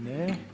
Ne.